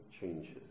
changes